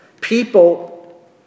People